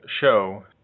show